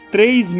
Três